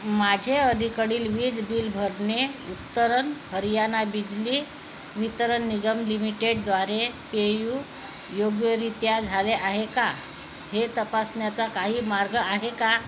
माझे अधिकडील वीज बिल भरणे उत्तर हरियाणा बिजली वितरण निगम लिमिटेडद्वारे पेयू योग्यरित्या झाले आहे का हे तपासण्याचा काही मार्ग आहे का